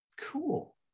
Cool